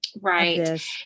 Right